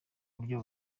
buryo